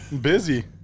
Busy